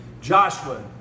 Joshua